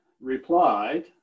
replied